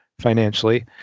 financially